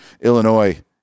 Illinois